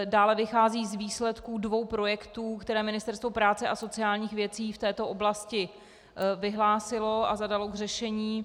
Dále vycházejí z výsledků dvou projektů, které Ministerstvo práce a sociálních věcí v této oblasti vyhlásilo a zadalo k řešení.